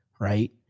right